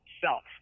self